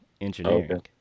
engineering